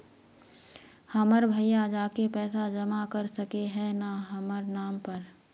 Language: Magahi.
हमर भैया जाके पैसा जमा कर सके है न हमर नाम पर?